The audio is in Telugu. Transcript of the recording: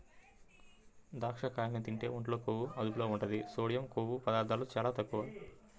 దాచ్చకాయల్ని తింటే ఒంట్లో కొవ్వు అదుపులో ఉంటది, సోడియం, కొవ్వు పదార్ధాలు చాలా తక్కువ